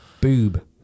Boob